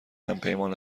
همپیمان